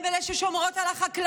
הן אלה ששומרות על החקלאות,